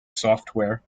software